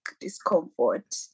discomfort